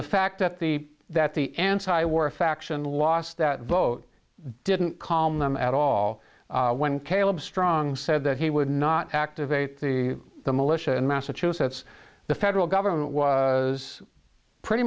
the fact that the that the anti war faction lost that vote didn't calm them at all when caleb strong said that he would not activate the the militia in massachusetts the federal government was pretty